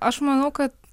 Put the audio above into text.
aš manau kad